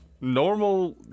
normal